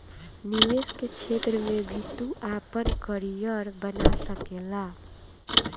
निवेश के क्षेत्र में भी तू आपन करियर बना सकेला